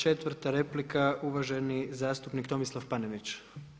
Četvrta replika, uvaženi zastupnik Tomislav Panenić.